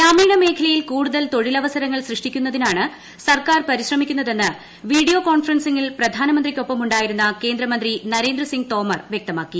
ഗ്രാമീണ മേഖലയിൽ കൂടുതൽ തൊഴിലവസരങ്ങൾ സൃഷ്ടിക്കുന്നതിനാണ് സർക്കാർ പരിശ്രമിക്കുന്നതെന്ന് വീഡിയോ കോൺഫറൻസിങ്ങിൽ പ്രധാനമന്ത്രിക്കൊപ്പമുണ്ടായിരുന്ന കേന്ദ്രമന്ത്രി നരേന്ദ്രസിങ്ങ് തോമർ വ്യക്തമാക്കി